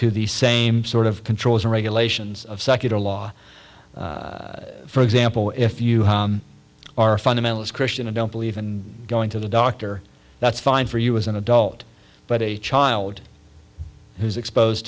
to the same sort of controls and regulations of secular law for example if you have are a fundamentalist christian and don't believe in going to the doctor that's fine for you as an adult but a child who is exposed